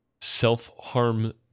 Self-harm